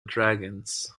dragons